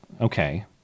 Okay